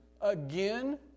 Again